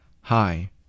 hi